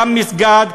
גם מסגד,